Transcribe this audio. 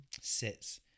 sits